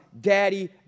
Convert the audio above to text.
daddy